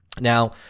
Now